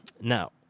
Now